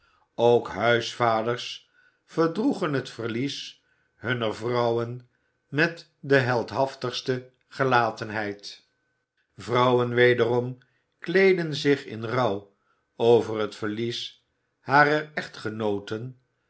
ook huisvaders verdroegen het verlies hunner vrouwen met de heldhaftigste gelatenheid vrouwen wederom kleedden zich in rouw over t verlies harer echtgenooten